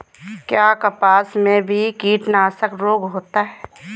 क्या कपास में भी कीटनाशक रोग होता है?